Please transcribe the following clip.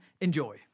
Enjoy